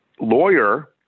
lawyer